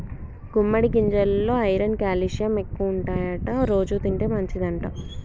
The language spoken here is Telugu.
గుమ్మడి గింజెలల్లో ఐరన్ క్యాల్షియం ఎక్కువుంటాయట రోజు తింటే మంచిదంట